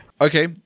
Okay